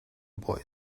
boy